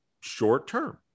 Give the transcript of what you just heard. short-term